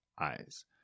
eyes